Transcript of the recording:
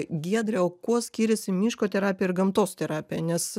giedre o kuo skiriasi miško terapija ir gamtos terapija nes